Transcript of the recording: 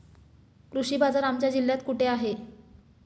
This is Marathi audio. कृषी बाजार आमच्या जिल्ह्यात कुठे आहे?